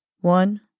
One